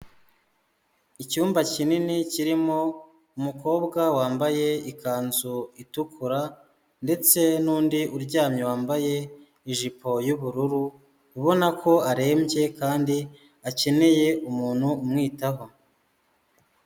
Icyumba kinini kirimo umukobwa wambaye ikanzu itukura ndetse n'undi uryamye wambaye ijipo y'ubururu, ubona ko arembye kandi akeneye umuntu umwitaho.